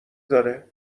داره